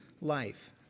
life